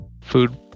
food